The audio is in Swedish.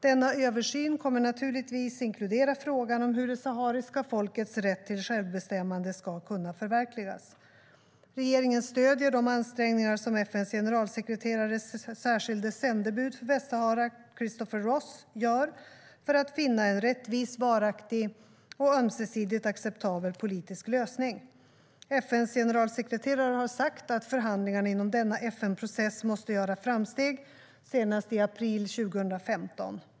Denna översyn kommer naturligtvis att inkludera frågan om hur det sahariska folkets rätt till självbestämmande ska kunna förverkligas. Regeringen stöder de ansträngningar som FN:s generalsekreterares särskilda sändebud för Västsahara, Christopher Ross, gör för att finna en rättvis, varaktig och ömsesidigt acceptabel politisk lösning. FN:s generalsekreterare har sagt att förhandlingarna inom denna FN-process måste göra framsteg senast i april 2015.